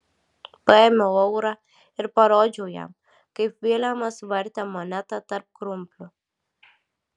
paėmiau eurą ir parodžiau jam kaip vilemas vartė monetą tarp krumplių